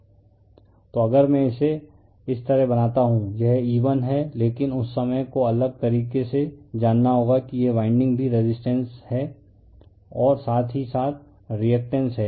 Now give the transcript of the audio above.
refer slide time 0429 तो अगर मैं इसे इस तरह बनाता हूं यह E1 है लेकिन उस समय को अलग तरीके से जानना होगा कि यह वाइंडिंग भी रेजिस्टेंस है और साथ ही साथ रिअक्टेंस है